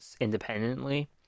independently